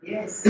Yes